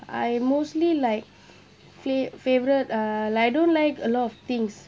I mostly like fla~ favourite uh like I don't like a lot of things